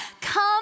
come